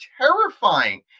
terrifying